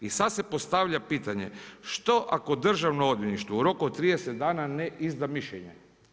I sada se postavlja pitanje, što ako državno odvjetništvo u roku od 30 dana ne izda mišljenje?